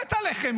מת עליכם,